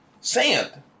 Sand